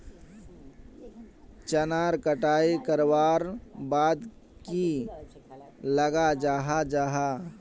चनार कटाई करवार बाद की लगा जाहा जाहा?